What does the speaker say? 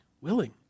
willing